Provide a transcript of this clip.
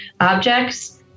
objects